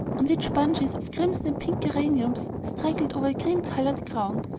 on which bunches of crimson and pink geraniums straggled over a cream-colored ground,